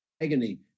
agony